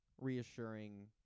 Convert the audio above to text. reassuring